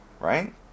Right